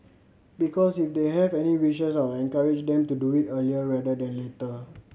because if they have any wishes I will encourage them to do it earlier rather than later